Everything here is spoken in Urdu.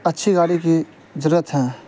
اچھی گاڑی کی ضرورت ہے